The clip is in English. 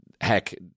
heck